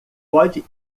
pode